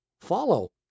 follow